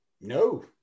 No